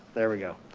there we go.